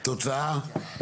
תוצאה.